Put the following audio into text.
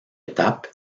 étape